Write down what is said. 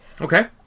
Okay